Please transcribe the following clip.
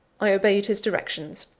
i obeyed his directions.